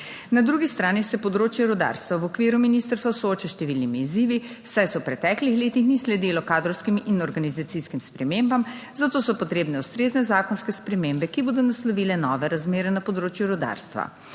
Na drugi strani se področje rudarstva v okviru ministrstva sooča s številnimi izzivi, saj se v preteklih letih ni sledilo kadrovskim in organizacijskim spremembam, zato so potrebne ustrezne zakonske spremembe, ki bodo naslovile nove razmere na področju rudarstva.